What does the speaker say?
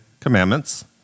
Commandments